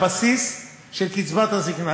לחודש, לבסיס של קצבת הזיקנה.